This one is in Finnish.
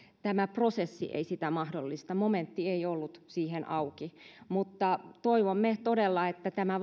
tämä prosessi ei sitä mahdollista momentti ei ollut siihen auki mutta toivomme todella että tämä